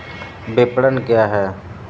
विपणन क्या है?